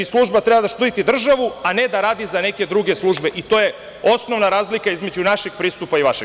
Služba treba da štiti državu, a ne da radi za neke druge službe i to je osnovna razlika između našeg pristupa i vašeg.